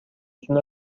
اصول